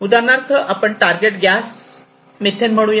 उदाहरणार्थ आपण target gas methane म्हणूया